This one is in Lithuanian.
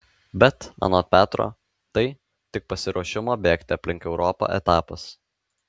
bet anot petro tai tik pasiruošimo bėgti aplink europą etapas